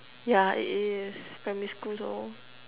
yeah it is primary school though